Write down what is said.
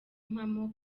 impamo